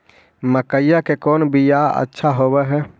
मकईया के कौन बियाह अच्छा होव है?